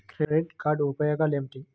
Credit card ఉపయోగాలు ఏమిటి?